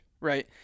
right